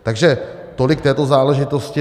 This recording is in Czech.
Takže tolik k této záležitosti.